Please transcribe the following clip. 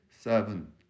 seven